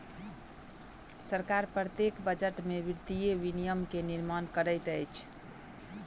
सरकार प्रत्येक बजट में वित्तीय विनियम के निर्माण करैत अछि